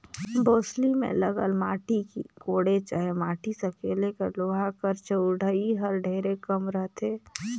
बउसली मे लगल माटी कोड़े चहे माटी सकेले कर लोहा कर चउड़ई हर ढेरे कम रहथे